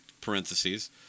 parentheses